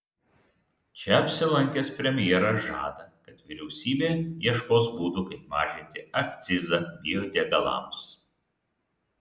čia apsilankęs premjeras žada kad vyriausybė ieškos būdų kaip mažinti akcizą biodegalams